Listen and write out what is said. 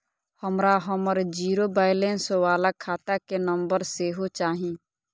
हमरा हमर zero balance बाला खाता के नम्बर सेहो चाही